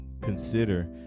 consider